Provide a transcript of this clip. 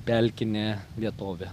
pelkinė vietovė